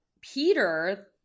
Peter